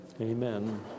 amen